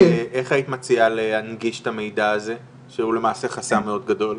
איך היית מציעה להנגיש את המידע הזה שהוא למעשה חסם מאוד גדול?